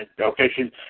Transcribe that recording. Okay